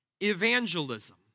evangelism